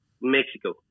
Mexico